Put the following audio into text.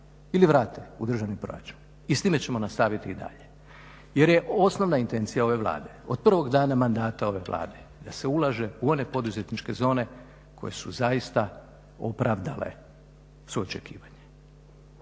ili vrate u državni proračun i s time ćemo nastaviti i dalje. Jer je osnovna intencija ove Vlade od prvog dana mandata ove Vlade da se ulaže u one poduzetničke zone koje su zaista opravdale svoje očekivanje.